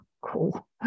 cool